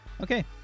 okay